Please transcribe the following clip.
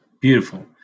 beautiful